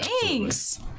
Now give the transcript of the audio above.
Thanks